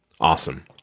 Awesome